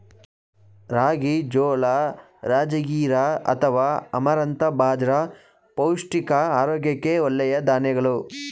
ರಾಗಿ, ಜೋಳ, ರಾಜಗಿರಾ ಅಥವಾ ಅಮರಂಥ ಬಾಜ್ರ ಪೌಷ್ಟಿಕ ಆರೋಗ್ಯಕ್ಕೆ ಒಳ್ಳೆಯ ಧಾನ್ಯಗಳು